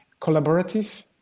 collaborative